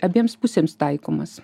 abiems pusėms taikomas